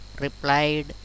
replied